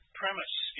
premise